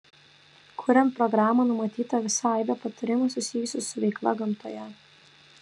kuriant programą numatyta visa aibė patarimų susijusių su veikla gamtoje